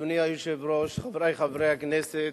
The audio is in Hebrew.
אדוני היושב-ראש, חברי חברי הכנסת,